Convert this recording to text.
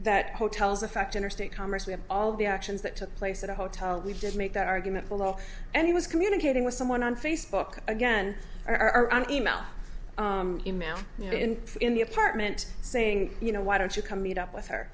that hotels affect interstate commerce we have all the actions that took place at a hotel we did make that argument below and he was communicating with someone on facebook again or an e mail e mail in the apartment saying you know why don't you come meet up with her